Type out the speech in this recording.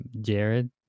Jared